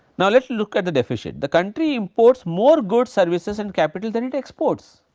now, let us look at the deficit the country imports more goods services and capital than it exports,